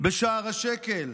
בשער השקל,